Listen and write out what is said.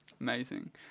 Amazing